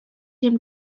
him